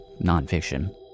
nonfiction